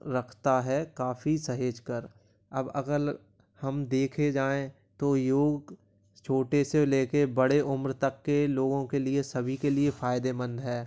रखता है काफ़ी सहज कर अब अगल हम देखे जाएँ तो योग छोटे से ले के बड़े उम्र तक के लोगों के लिए सभी के लिए फायदेमंद है